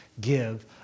give